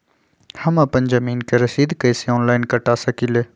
हम अपना जमीन के रसीद कईसे ऑनलाइन कटा सकिले?